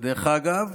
דרך אגב,